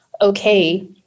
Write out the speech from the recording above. okay